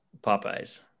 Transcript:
Popeyes